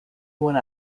one